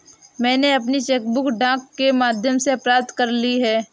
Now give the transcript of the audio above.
मैनें अपनी cheque book डाक के माध्यम से प्राप्त कर ली है